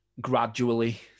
gradually